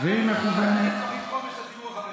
ולכן צריך תוכנית חומש לציבור החרדי.